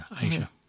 Asia